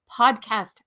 podcast